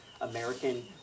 American